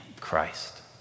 Christ